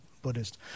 buddhist